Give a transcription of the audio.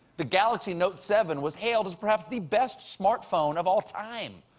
the galaxy note seven was hailed as perhaps the best smartphone of all time,